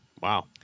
Wow